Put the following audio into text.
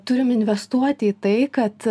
turim investuoti į tai kad